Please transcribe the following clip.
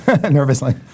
Nervously